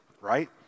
right